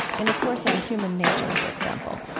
in a course on human nature, for example,